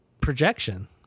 projection